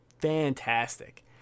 fantastic